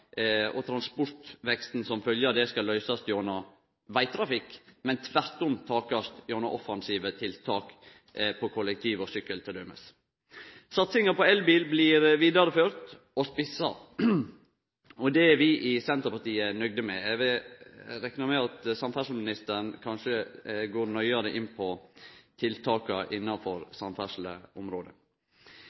og transportveksten som følgje av det skal løysast gjennom vegtrafikk, men tvert imot takast gjennom offensive tiltak på kollektivtrafikk og sykkel t.d. Satsinga på elbil blir vidareført og spissa, og det er vi i Senterpartiet nøgde med. Eg reknar med at samferdselsministeren kanskje går nøyare inn på tiltaka